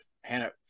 Hannah